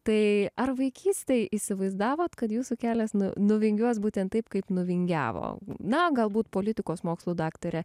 tai ar vaikystėje įsivaizdavote kad jūsų kelias nuvingiuos būtent taip kaip nuvingiavo na galbūt politikos mokslų daktarė